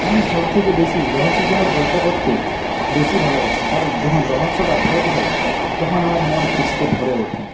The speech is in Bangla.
আমি সবথেকে বেশি রহস্যজনক গল্প পড়তে বেশি ভালোবাসি কারণ যখন রহস্যটা ভেদ হয় তখন আমার মন খুশিতে ভরে ওঠে